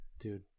Dude